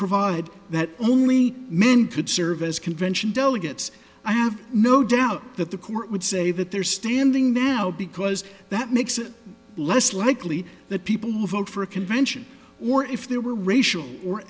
provide that only men could serve as convention delegates i have no doubt that the court would say that they're standing now because that makes it less likely that people who vote for a convention or if there were racial or